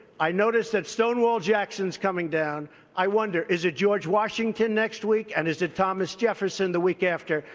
i noticed that stonewall jackson is coming down. i wonder, is it george washington next week, and is it thomas jefferson the week after?